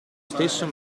stesso